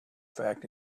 fact